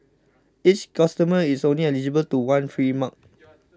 each customer is only eligible to one free mug